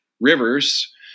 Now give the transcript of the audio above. rivers